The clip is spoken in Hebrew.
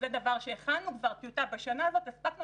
זה דבר שכבר הכנו טיוטה בשנה הזאת הספקנו